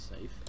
safe